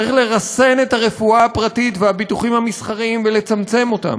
צריך לרסן את הרפואה הפרטית והביטוחים המסחריים ולצמצם אותם.